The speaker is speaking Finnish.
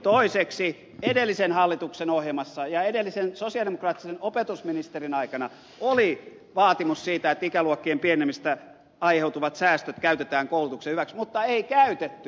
toiseksi edellisen hallituksen ohjelmassa ja edellisen sosialidemokraattisen opetusministerin aikana oli vaatimus siitä että ikäluokkien pienenemisestä aiheutuvat säästöt käytetään koulutuksen hyväksi mutta ei käytetty